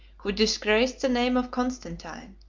who disgraced the name of constantine,